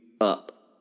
up